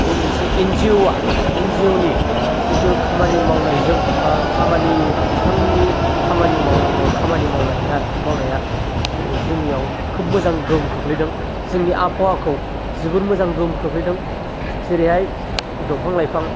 बे मोनसे N G O आ एन जि अ नि जिथु खामानि मावनायजों बा खामानि बिथांमोननि खामानि माव खामानि मावनाया मावनाया जोंनियाव खोब मोजां गोहोम खोख्लैदों जोंनि आबहावाखौ जोबोर मोजां गोहोम खोख्लैदों जेरैहाय दंफां लाइफां